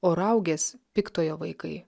o raugės piktojo vaikai